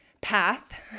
path